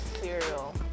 cereal